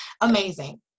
amazing